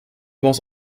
was